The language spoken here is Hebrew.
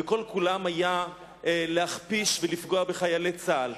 וכל כולם באו להכפיש ולפגוע בחיילי צה"ל.